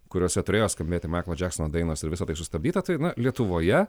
kuriuose turėjo skambėti maiklo džeksono dainos ir visa tai sustabdyta tai na lietuvoje